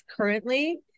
currently